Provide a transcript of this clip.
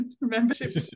membership